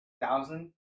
thousand